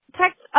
text